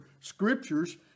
scriptures